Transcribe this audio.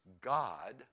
God